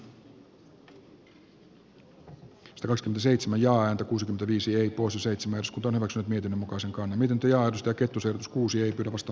hallituksen talouspolitiikassa on seitsemän ja aito kuusi viisi rico seitsemän osku torrokset miten voisinkaan miten työjaosto kettusen vkuusi ei perustu